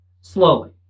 slowly